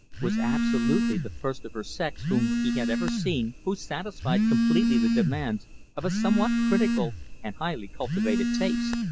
was absolutely the first of her sex whom he had ever seen who satisfied completely the demands of a somewhat critical and highly cultivated taste.